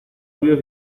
suyo